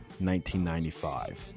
1995